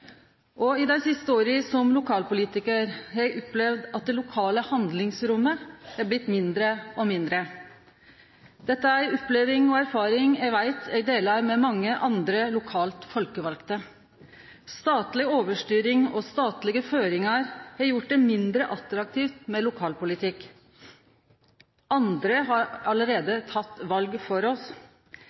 I dei siste åra som lokalpolitikar opplevde eg at det lokale handlingsrommet blei mindre og mindre. Dette er ei oppleving og ei erfaring eg veit eg deler med mange andre lokalt folkevalde. Statleg overstyring og statlege føringar har gjort det mindre attraktivt med lokalpolitikk. Andre har allereie teke valet for oss.